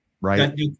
right